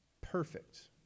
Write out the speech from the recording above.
perfect